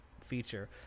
feature